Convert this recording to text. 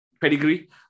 pedigree